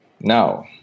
Now